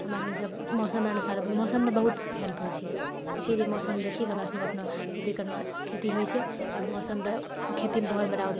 हमे नीकसँ मौसम अनुसार मौसमसँ बहुत हेल्प हइ छै इसीलिए मौसम देखिकऽ हमरा सुनिकऽ अपनो खेती करना खेती हइ छै आओर मौसम खेतीमे बहुत बड़ा